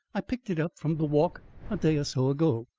i picked it up from the walk a day or so ago.